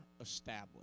established